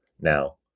now